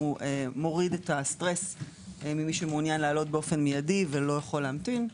מוריד את המתח ממי שמעוניין לעלות באופן מיידי ולא יכול להמתין.